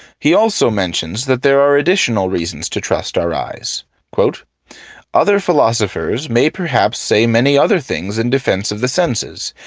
he also mentions that there are additional reasons to trust our eyes other philosophers may perhaps say many other things in defence of the senses,